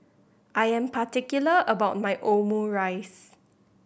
I am particular about my Omurice